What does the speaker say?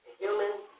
humans